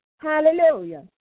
Hallelujah